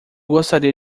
gostaria